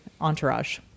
Entourage